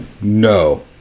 No